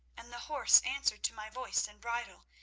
and the horse answered to my voice and bridle,